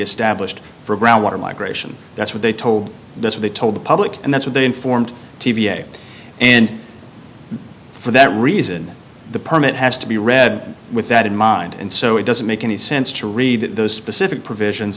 established for groundwater migration that's what they told this or they told the public and that's what they informed t v s and for that reason the permit has to be read with that in mind and so it doesn't make any sense to read those specific provisions